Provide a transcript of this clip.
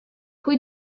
pwy